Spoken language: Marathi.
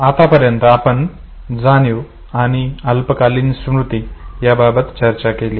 आत्ता पर्यत आपण जाणीव आणि अल्पकालीन स्मृती बाबत चर्चा केली